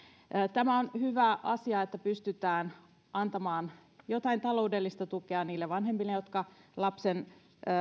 on hyvä asia että pystytään antamaan jotain taloudellista tukea niille vanhemmille jotka lapsen